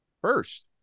First